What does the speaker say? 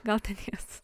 gal ten jėzus